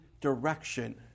direction